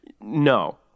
No